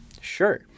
sure